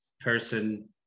person